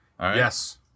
Yes